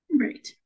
Right